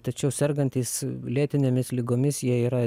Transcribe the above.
tačiau sergantys lėtinėmis ligomis jie yra